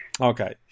Okay